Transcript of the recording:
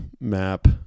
map